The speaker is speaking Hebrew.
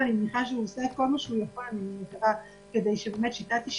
ואני מניחה שהוא עושה את כל מה שהוא יכול כדי ש"שיטה" תישאר.